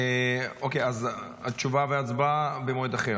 אוקיי, אז תשובה והצבעה במועד אחר.